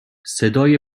صدای